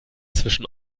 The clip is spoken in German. zwischen